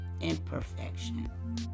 imperfection